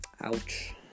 ouch